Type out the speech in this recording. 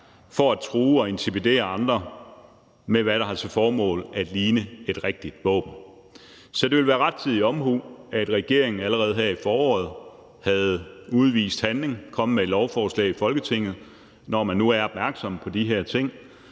for at true og intimidere andre med, hvad der har til formål at ligne et rigtigt våben. Så det ville have været rettidig omhu, hvis regeringen allerede her i foråret havde udvist handling og var kommet med et lovforslag i Folketinget, når man nu er opmærksom på de her ting.